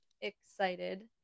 excited